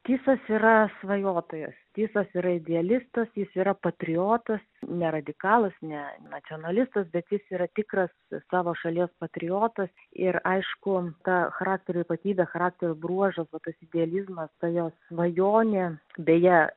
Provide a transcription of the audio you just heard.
tysas yra svajotojas tysas yra idealistas jis yra patriotas ne radikalas ne nacionalistas bet jis yra tikras savo šalies patriotas ir aišku ta charakterio ypatybė charakterio bruožas va tas idealizmas tai jo svajonė beje